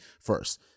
first